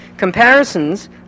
Comparisons